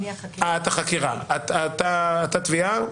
אתה התביעה?